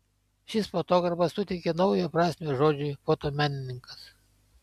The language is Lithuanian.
šis fotografas suteikė naują prasmę žodžiui fotomenininkas